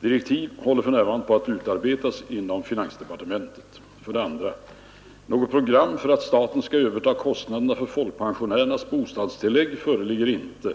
Direktiv håller för närvarande på att utarbetas inom finansdepartementet. 2. Något program för att staten skall överta kostnaderna för folkpensionärernas bostadstillägg föreligger inte.